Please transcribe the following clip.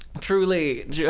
truly